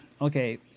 Okay